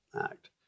Act